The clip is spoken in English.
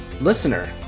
Listener